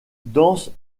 danse